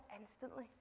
instantly